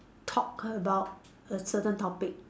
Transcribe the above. talk about a certain topic